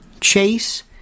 chase